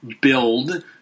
build